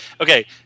Okay